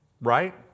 right